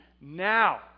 now